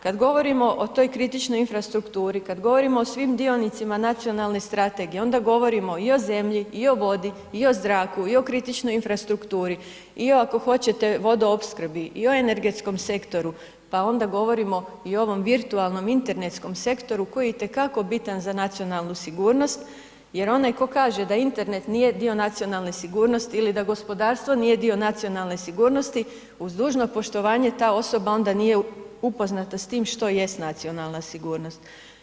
Kad govorimo o toj kritičnoj infrastrukturi, kad govorimo svim dionicima nacionalne strategije onda govorimo i o zemlji i o vodi i o zraku i o kritičnoj infrastrukturi i ako hoćete vodoopskrbi i o energetskom sektoru, pa onda govorimo i o ovom virtualnom, internetskom sektoru koji je i te kako bitan za nacionalnu sigurnost jer onaj tko kaže da internet nije dio nacionalne sigurnosti ili da gospodarstvo nije dio nacionalne sigurnosti, uz dužno poštovanje ta osoba onda nije upoznata s tim što jest nacionalna sigurnost.